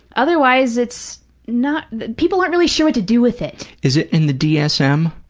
otherwise it's not, people aren't really sure what to do with it. is it in the dsm?